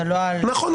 ולא על --- נכון,